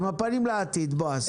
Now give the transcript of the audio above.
עם הפנים לעתיד, בעז.